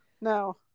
No